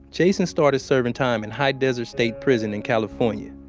jason started serving time in high desert state prison in california.